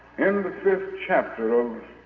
in the fifth chapter of